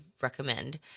recommend